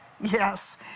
Yes